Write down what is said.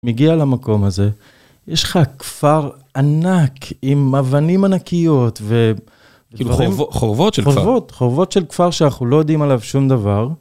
מגיע למקום הזה, יש לך כפר ענק, עם אבנים ענקיות ו... כאילו חורבות של כפר. חורבות, חורבות של כפר שאנחנו לא יודעים עליו שום דבר.